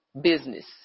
business